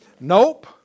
Nope